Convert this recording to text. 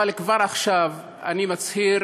אבל כבר עכשיו אני מצהיר